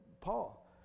Paul